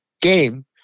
game